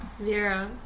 Vera